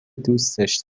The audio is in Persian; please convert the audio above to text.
دوستش